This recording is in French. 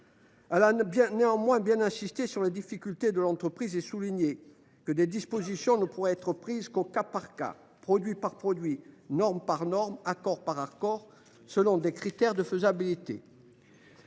elle a bien insisté sur les difficultés de l’entreprise et souligné que des dispositions ne pourraient être prises qu’au cas par cas, produit par produit, norme par norme, accord par accord, selon des critères de faisabilité.